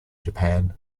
japan